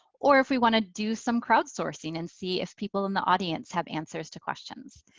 or if we wanna do some crowdsourcing and see if people in the audience have answers to questions.